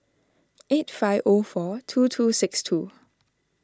eight five O four two two six two